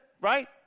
right